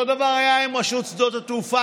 אותו דבר היה עם רשות שדות התעופה,